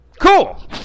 Cool